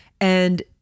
And-